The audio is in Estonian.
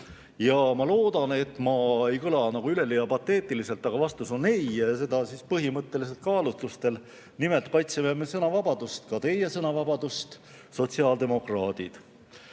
Ma loodan, et ma ei kõla üleliia pateetiliselt, aga vastus on ei, seda põhimõttelistel kaalutlustel. Nimelt, me kaitseme sõnavabadust, ka teie sõnavabadust, sotsiaaldemokraadid.